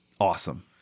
awesome